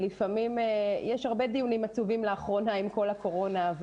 יש הרבה דיונים עצובים לאחרונה עם כל הקורונה,